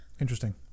Interesting